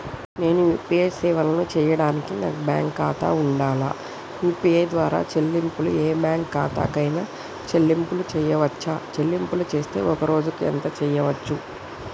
నేను యూ.పీ.ఐ సేవలను చేయడానికి నాకు బ్యాంక్ ఖాతా ఉండాలా? యూ.పీ.ఐ ద్వారా చెల్లింపులు ఏ బ్యాంక్ ఖాతా కైనా చెల్లింపులు చేయవచ్చా? చెల్లింపులు చేస్తే ఒక్క రోజుకు ఎంత చేయవచ్చు?